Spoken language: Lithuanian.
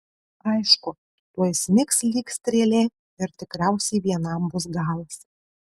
aišku tuoj smigs lyg strėlė ir tikriausiai vienam bus galas